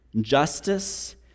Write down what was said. justice